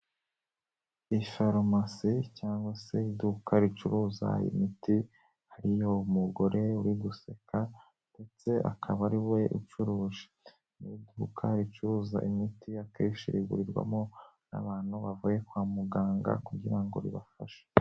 Ni farumase cyangwa se iduka ricuruza imiti, hari yo umugore uri guseka ndetse akaba ari we ucuruje, ni iduka ricuruza imiti akenshi rigurirwamo n'abantu bavuye kwa muganga kugira ngo ribafashe.